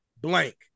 blank